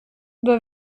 doit